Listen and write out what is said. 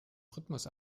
rhythmus